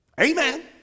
Amen